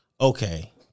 Okay